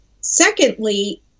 Secondly